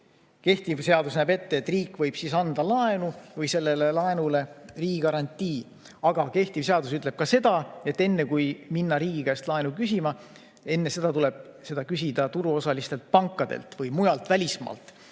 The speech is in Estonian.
Kehtiv seadus näeb ette, et riik võib siis anda laenu või sellele laenule riigigarantii. Kehtiv seadus ütleb ka seda, et enne kui minna riigi käest laenu küsima, tuleb seda küsida turuosalistelt pankadelt või mujalt välismaalt.